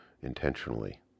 intentionally